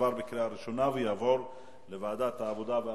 לוועדת העבודה,